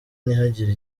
ntihagire